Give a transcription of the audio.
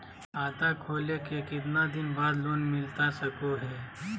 खाता खोले के कितना दिन बाद लोन मिलता सको है?